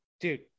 Dude